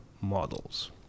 models